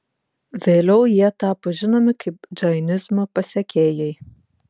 vėliau jie tapo žinomi kaip džainizmo pasekėjai